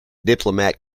diplomat